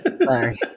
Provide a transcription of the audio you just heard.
sorry